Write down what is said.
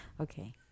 okay